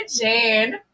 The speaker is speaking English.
Jane